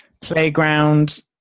playground